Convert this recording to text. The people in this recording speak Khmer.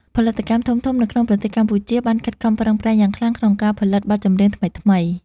ផលិតកម្មធំៗនៅក្នុងប្រទេសកម្ពុជាបានខិតខំប្រឹងប្រែងយ៉ាងខ្លាំងក្នុងការផលិតបទចម្រៀងថ្មីៗ។